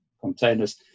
containers